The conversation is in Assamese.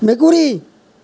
মেকুৰী